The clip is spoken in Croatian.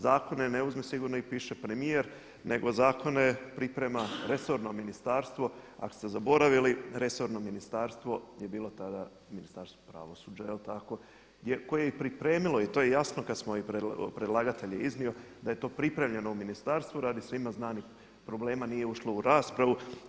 Zakone ne uzme sigurno i piše premijer nego zakone priprema resorno ministarstvo, ako ste zaboravili resorno ministarstvo je bilo tada Ministarstvo pravosuđa jel' tako koje je pripremilo i to je jasno i predlagatelj je iznio da je to pripremljeno u ministarstvu radi svima znanih problema nije ušlo u raspravu.